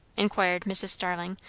inquired mrs. starling,